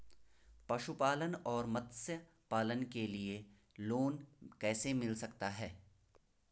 पशुपालन और मत्स्य पालन के लिए लोन कैसे मिल सकता है?